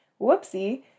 whoopsie